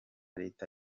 leta